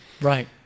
Right